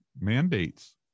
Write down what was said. Mandates